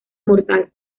mortal